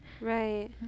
right